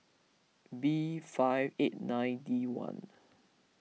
B five eight nine D one